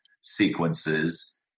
sequences